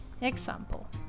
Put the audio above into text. Example